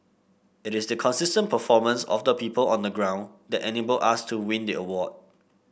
it is the consistent performance of the people on the ground that enabled us to win the award